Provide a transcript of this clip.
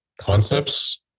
concepts